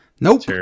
Nope